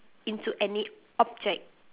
into any object